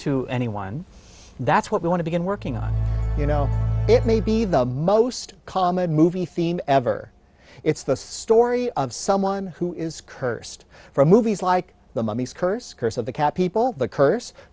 to anyone that's what we want to begin working on you know it may be the most common movie theme ever it's the story of someone who is cursed from movies like the mummy's curse curse of the cappy people the curse